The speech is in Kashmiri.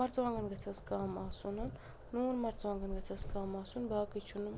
مرژٕوانٛگَن گَژھیٚس کَم آسُن نوٗن مرژٕوانٛگَن گَژھیٚس کَم آسُن باقٕے چھُنہٕ